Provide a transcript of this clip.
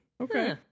Okay